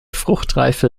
fruchtreife